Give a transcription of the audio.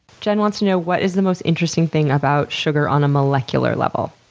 jen wants to know what is the most interesting thing about sugar on a molecular level?